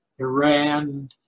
Iran